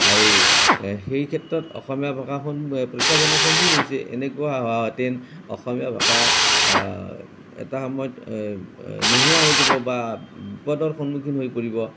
আৰু সেই ক্ষেত্ৰত অসমীয়া ভাষাখন প্ৰত্যাহ্বানৰ সন্মুখীন হৈছে এনেকুৱা হোৱাহেঁতেন অসমীয়া ভাষাৰ এটা সময়ত এই নোহোৱা হৈ যাব বা বিপদৰ সন্মুখীন হৈ পৰিব